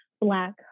black